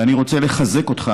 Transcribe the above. אני רוצה לחזק אותך,